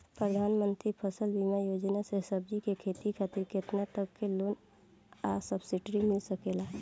प्रधानमंत्री फसल बीमा योजना से सब्जी के खेती खातिर केतना तक के लोन आ सब्सिडी मिल सकेला?